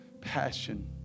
passion